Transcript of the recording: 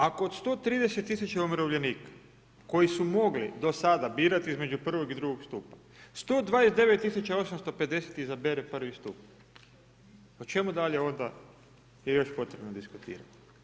Ako od 130 000 umirovljenika koji su mogli do sada birati između prvog i drugog stupa, 129 850 izabere prvi stup, o čemu dalje onda je još potrebno diskutirati?